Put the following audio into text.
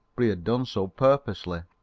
but he had done so purposely.